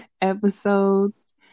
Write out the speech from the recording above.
episodes